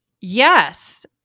yes